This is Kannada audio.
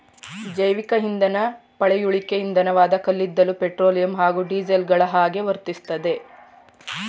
ಜೈವಿಕಇಂಧನ ಪಳೆಯುಳಿಕೆ ಇಂಧನವಾದ ಕಲ್ಲಿದ್ದಲು ಪೆಟ್ರೋಲಿಯಂ ಹಾಗೂ ಡೀಸೆಲ್ಗಳಹಾಗೆ ವರ್ತಿಸ್ತದೆ